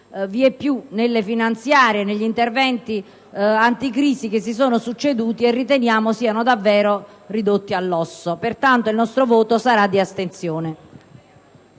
tagliati nelle finanziarie e negli interventi anticrisi che si sono succeduti negli ultimi mesi e che sono davvero ridotti all'osso. Pertanto il nostro voto sarà di astensione.